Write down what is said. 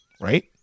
right